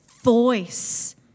voice